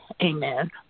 Amen